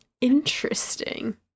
Interesting